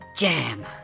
Jam